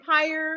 empire